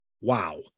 Wow